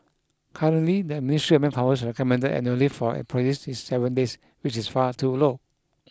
currently the ministry manpower's recommended annual leave for employees is seven days which is far too low